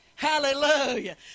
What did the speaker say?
Hallelujah